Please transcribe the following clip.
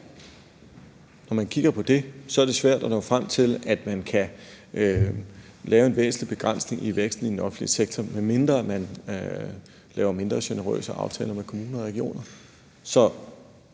når man kigger på det, er det svært at nå frem til, at man kan lave en væsentlig begrænsning i væksten i den offentlige sektor, medmindre man laver mindre generøse aftaler med kommuner og regioner.